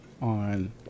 on